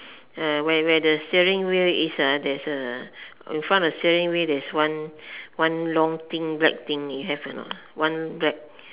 uh where where the steering wheel is ah there's a in front of the steering wheel there's one one long thing black thing you have or not one black